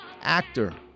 actor